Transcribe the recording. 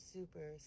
Super